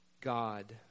God